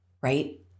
Right